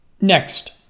Next